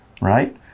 right